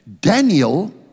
Daniel